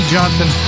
Johnson